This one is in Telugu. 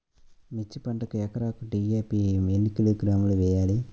మిర్చి పంటకు ఎకరాకు డీ.ఏ.పీ ఎన్ని కిలోగ్రాములు వేయాలి?